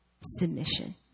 submission